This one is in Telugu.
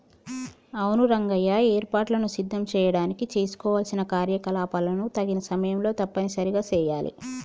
అవును రంగయ్య ఏర్పాటులను సిద్ధం చేయడానికి చేసుకోవలసిన కార్యకలాపాలను తగిన సమయంలో తప్పనిసరిగా సెయాలి